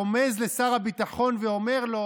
רומז לשר הביטחון ואומר לו: